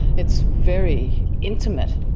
it's very intimate.